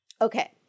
Okay